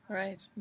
right